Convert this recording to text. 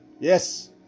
Yes